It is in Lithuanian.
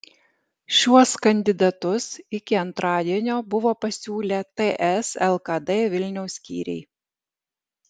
šiuos kandidatus iki antradienio buvo pasiūlę ts lkd vilniaus skyriai